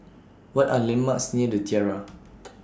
What Are landmarks near The Tiara